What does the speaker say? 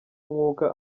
umwuka